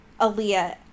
Aaliyah